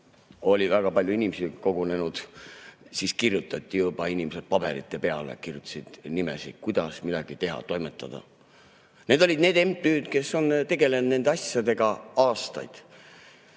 oli väga palju inimesi kogunenud – kirjutasid juba inimesed paberite peale nimesid ja seda, kuidas midagi teha, toimetada. Need olid need MTÜ-d, kes on tegelenud nende asjadega aastaid.